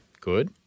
Good